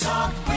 Talk